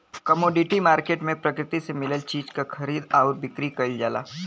commodity market में प्रकृति से मिलल चीज क खरीद आउर बिक्री कइल जाला